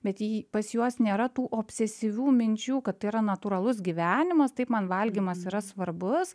bet ji pas juos nėra tų obsesyvių minčių kad tai yra natūralus gyvenimas taip man valgymas yra svarbus